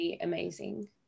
Amazing